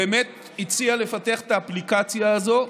באמת הציע לפתח את האפליקציה הזאת,